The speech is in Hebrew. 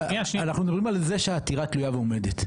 אנחנו מדברים על זה שהעתירה תלויה ועומדת.